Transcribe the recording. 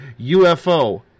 UFO